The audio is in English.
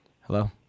hello